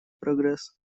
прогресс